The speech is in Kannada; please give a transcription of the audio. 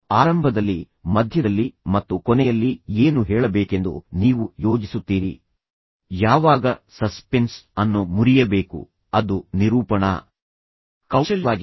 ಆರಂಭದಲ್ಲಿ ಮಧ್ಯದಲ್ಲಿ ಮತ್ತು ಕೊನೆಯಲ್ಲಿ ಏನು ಹೇಳಬೇಕೆಂದು ನೀವು ಯೋಜಿಸುತ್ತೀರಿ ಯಾವಾಗ ಸಸ್ಪೆನ್ಸ್ ಅನ್ನು ಮುರಿಯಬೇಕು ಅದನ್ನು ಹೇಗೆ ನಿರ್ಮಿಸಬೇಕು ಎಂದು ನಿಮಗೆ ತಿಳಿದಿರುವ ಸಸ್ಪೆನ್ಸ್ ಕಥೆ ಇದ್ದರೆ ಅದು ನಿರೂಪಣಾ ಕೌಶಲ್ಯವಾಗಿದೆ